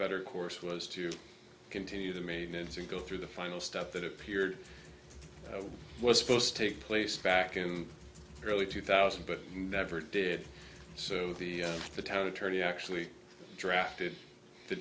better course was to continue the maintenance and go through the final step that appeared was supposed to take place back in early two thousand but never did so the town attorney actually drafted the